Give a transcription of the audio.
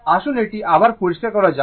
আসুন এটি আবার পরিষ্কার করা যাক